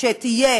שתהיה